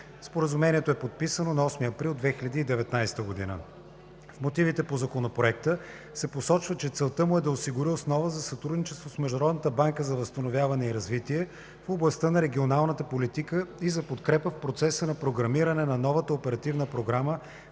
Споразумението е подписано на 8 април 2019 г. В мотивите по Законопроекта се посочва, че целта му е да осигури основа за сътрудничество с Международната банка за възстановяване и развитие в областта на регионалната политика и за подкрепа в процеса на програмиране на новата оперативна програма